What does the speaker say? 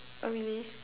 oh really